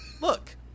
look